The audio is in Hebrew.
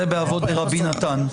זה באבות דרבי נתן.